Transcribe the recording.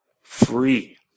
free